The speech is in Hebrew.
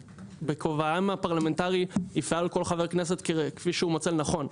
ובכובען הפרלמנטרי יפעל כל חבר כנסת כפי שהוא מוצא לנכון.